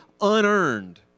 unearned